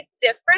different